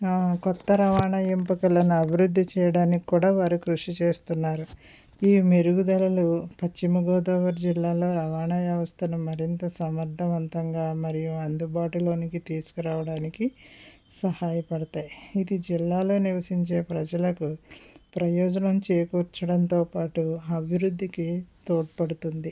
ఆ కొత్త రవాణా ఎంపికలని అభివృద్ధి చేయడానికి కూడా వారు కృషి చేస్తున్నారు ఈ మెరుగుదలలు పశ్చిమ గోదావరి జిల్లాలో రవాణా వ్యవస్థను మరింత సమర్థవంతంగా మరియు అందుబాటులోనికి తీసుకురావడానికి సహాయపడుతాయి ఇది జిల్లాలో నివసించే ప్రజలకు ప్రయోజనం చేకూర్చడంతోపాటు అభివృద్ధికి తోడ్పడుతుంది